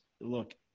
look